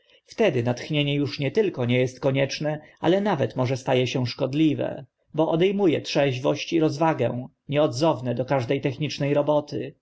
wtedy natchnienie uż nie tylko nie est konieczne ale nawet może sta e się szkodliwe bo ode mu e trzeźwość i rozwagę nieodzowne do każde techniczne roboty